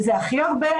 שזה הכי הרבה,